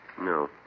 No